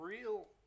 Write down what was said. real